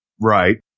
Right